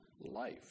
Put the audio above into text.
life